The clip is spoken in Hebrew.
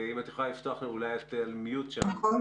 בבקשה.